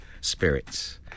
Spirits